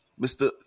Mr